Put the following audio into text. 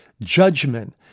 judgment